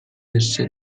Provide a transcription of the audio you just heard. esse